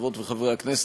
חברות וחברי הכנסת,